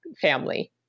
family